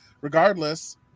regardless